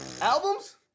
Albums